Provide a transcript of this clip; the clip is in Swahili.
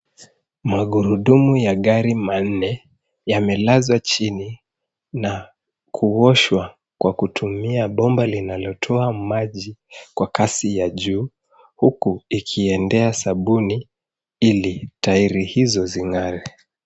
Magurudumu ya gari manne, yamelazwa chini na kuoshwa kwa kutumia bomba linalotoa maji kwa kasi ya juu, huku ikiendea sabuni ili tairi hizo zing'are.